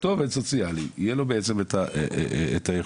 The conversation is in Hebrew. בעובדים סוציאליים של בתי החולים, תשתמשו גם אתם,